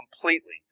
completely